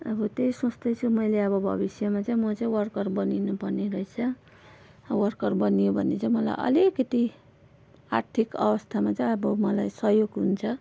अब त्यही सोच्दैछु मैले अब भविष्यमा चाहिँ म चाहिँ वर्कर बनिनु पर्ने रहेछ वर्कर बनियो भने चाहिँ मलाई अलिकति आर्थिक अवस्थामा चाहिँ अब मलाई सहयोग हुन्छ